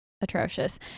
atrocious